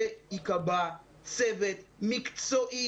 שייקבע צוות מקצועי.